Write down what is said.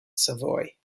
savoy